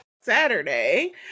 Saturday